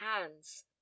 hands